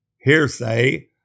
hearsay